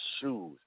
shoes